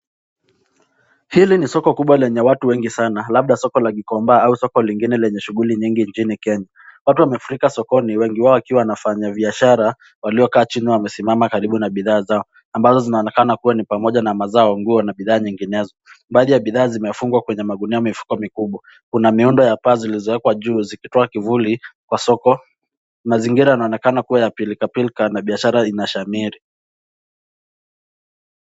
Hili ni soko kubwa lenye watu wengi sana labda soko la gikomba ama soko lingine lenye shughuli nyingi nchini kenya. Watu wamefurika sokoni wengi wao wakiwa wanafanya biashara waliokaa chini na wamesimama karibu na bidhaa zao, ambazo zinaonekana kuwa ni pamoja na mazao, nguo na bidhaa nyinginezo. Badhii ya bidhaa zimefungwa kwenye magunia ya mifuko mikubwa. Kuna miundo ya paa zilizowekwa juu zikitoa kivuli kwa soko. Mazingira yanonekana kuwa ya pilikapilika na biashara inashamiri.